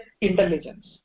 intelligence